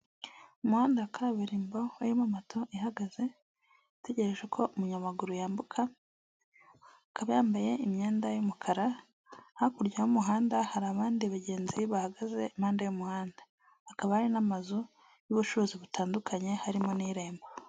Umuhanda kaburimbo harimo moto ihagaze itegereje ko umunyamaguru yambuka akaba yambaye imyenda y'umukara, hakurya y'umuhanda hari abandi bagenzi bahagaze impande y'umuhanda, hakaba hari n'amazu y'ubucuruzi butandukanye harimo n'irembo.